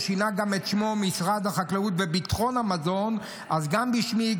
ששינה גם את שמו ל"משרד החקלאות וביטחון המזון" גם בשמי,